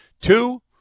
Two